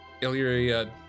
Illyria